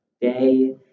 day